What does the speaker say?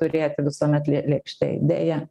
turėti visuomet lė lėkštėj